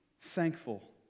thankful